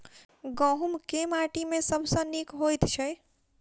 गहूम केँ माटि मे सबसँ नीक होइत छै?